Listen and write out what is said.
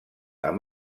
amb